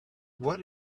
what